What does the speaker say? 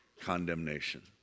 condemnation